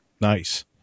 Nice